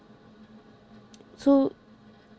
so